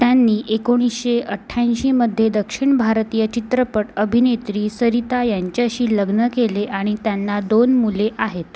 त्यांनी एकोणीसशे अठ्ठ्याऐंशीमध्ये दक्षिण भारतीय चित्रपट अभिनेत्री सरिता यांच्याशी लग्न केले आणि त्यांना दोन मुले आहेत